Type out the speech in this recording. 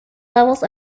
levels